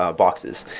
ah boxes,